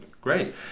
great